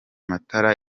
matara